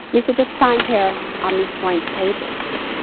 and he said, just sign here on these blank pages.